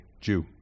Jew